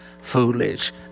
foolish